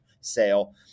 sale